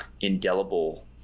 indelible